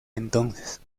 entonces